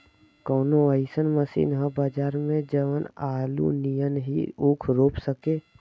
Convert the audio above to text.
कवनो अइसन मशीन ह बजार में जवन आलू नियनही ऊख रोप सके?